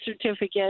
certificate